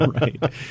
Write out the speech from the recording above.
Right